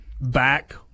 back